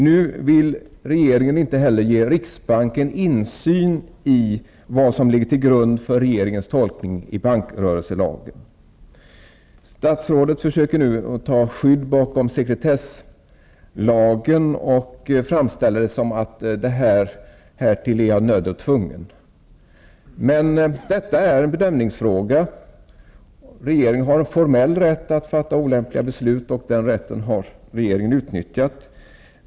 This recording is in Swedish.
Nu vill rege ringen inte heller ge riksbanken insyn i vad som ligger till grund för regering ens tolkning av bankrörelselagen. Statsrådet försöker ta skydd bakom sekre tesslagen och framställer det som att det här var man nöd och tvungen till. Men detta är ju en bedömningsfråga. Regeringen har en formell rätt att fatta olämpliga beslut, och den rätten har regeringen utnyttjat.